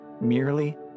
merely